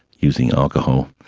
using alcohol,